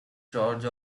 charge